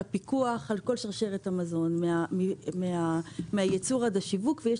הפיקוח על כל שרשרת המזון מהייצור עד השיווק ויש